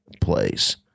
place